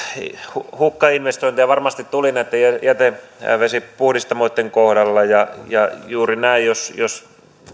hukkainvestointeja varmasti tuli jätevesipuhdistamoitten kohdalla ja ja juuri näin jos jos